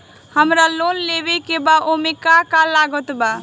हमरा लोन लेवे के बा ओमे का का लागत बा?